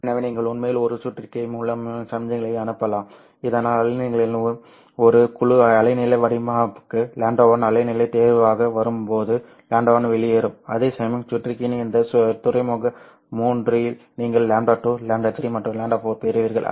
எனவே நீங்கள் உண்மையில் ஒரு சுற்றறிக்கை மூலம் சமிக்ஞைகளை அனுப்பலாம் இதனால் அலைநீளங்களின் ஒரு குழு அலைநீள வடிப்பானுக்கு λ1 அலைநீளத் தேர்வாக வரும்போது λ1 வெளியேறும் அதேசமயம் சுற்றறிக்கையின் இந்த துறைமுக 3 இல் நீங்கள் λ2 λ3 மற்றும் λ4 பெறுவீர்கள்